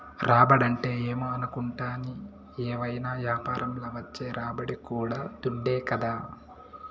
రాబడంటే ఏమో అనుకుంటాని, ఏవైనా యాపారంల వచ్చే రాబడి కూడా దుడ్డే కదా